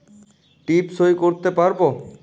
টিপ সই করতে পারবো?